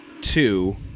Two